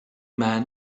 man